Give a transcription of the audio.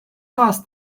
vás